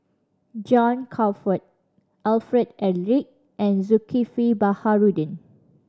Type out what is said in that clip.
John Crawfurd Alfred Eric and Zulkifli Baharudin